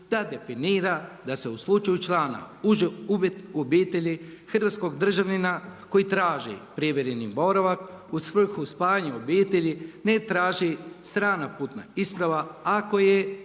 da definira da se u slučaju člana uže obitelji hrvatskog državljanina koji traži privremeni boravak u svrhu spajanja obitelji ne traži strana putna isprava ako ne